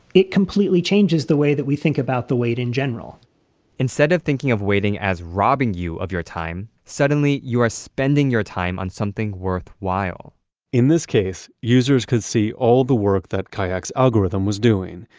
it completely changes the way that we think about the wait in general instead of thinking of waiting as robbing you of your time, suddenly you are spending your time on something worthwhile in this case, users could see all the work that kayak's algorithm was doing,